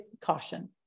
caution